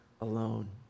alone